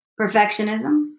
Perfectionism